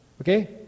Okay